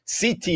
CT